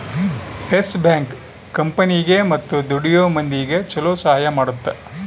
S Bank ಕಂಪನಿಗೇ ಮತ್ತ ದುಡಿಯೋ ಮಂದಿಗ ಚೊಲೊ ಸಹಾಯ ಮಾಡುತ್ತ